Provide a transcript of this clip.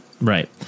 Right